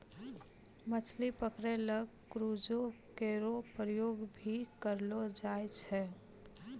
मछली पकरै ल क्रूजो केरो प्रयोग भी करलो जाय छै